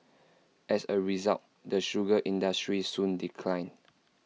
as A result the sugar industry soon declined